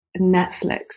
Netflix